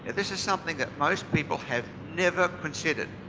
this is something that most people have never considered.